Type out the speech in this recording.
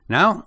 Now